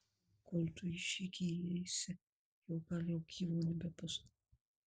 kol tu į žygį eisi jo gal jau gyvo nebebus